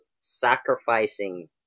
sacrificing